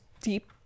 deep